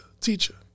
teacher